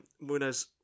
Munoz